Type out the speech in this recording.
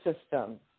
system